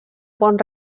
bon